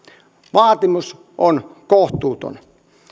vaatimus on kohtuuton